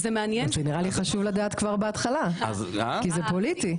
רק שנראה לי חשוב לדעת כבר בהתחלה, כי זה פוליטי.